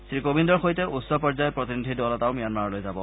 শ্ৰী কোবিন্দৰ সৈতে উচ্চ পৰ্যায়ৰ প্ৰতিনিধিৰ দল এটাও ম্যানমাৰলৈ যাব